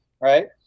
Right